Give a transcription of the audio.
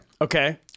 okay